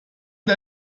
der